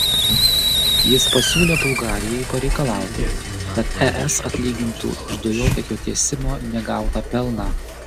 jis pasiūlė bulgarijai pareikalauti kad es atlygintų iš dujotiekio tiesimo negautą pelną